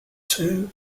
two